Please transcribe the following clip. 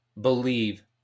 believe